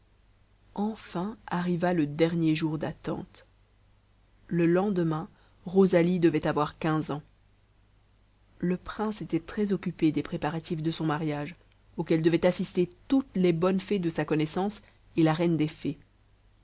enfin arriva le dernier jour d'attente le lendemain rosalie devait avoir quinze ans le prince était très occupé des préparatifs de son mariage auquel devaient assister toutes les bonnes fées de sa connaissance et la reine des fées